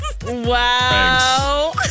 Wow